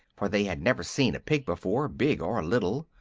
for they had never seen a pig before, big or little.